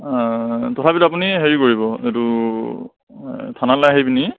তথাপিটো আপুনি হেৰি কৰিব এইটো থানালৈ আহি পিনি